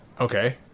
okay